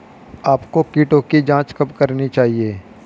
आपको कीटों की जांच कब करनी चाहिए?